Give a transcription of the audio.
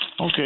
okay